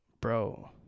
Bro